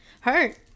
hurt